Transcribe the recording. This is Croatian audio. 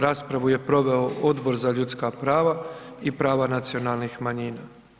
Raspravu je proveo Odbor za ljudska prava i prava nacionalnih manjina.